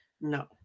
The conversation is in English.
No